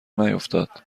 نیفتاد